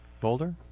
Boulder